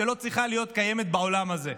לא צריכה להיות קיימת בעולם הזה.